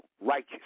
righteous